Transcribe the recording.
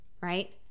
right